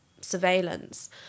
surveillance